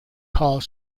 called